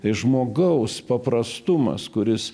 tai žmogaus paprastumas kuris